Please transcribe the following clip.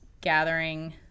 gathering